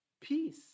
Peace